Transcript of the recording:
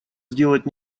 сделать